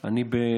עליו.